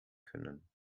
können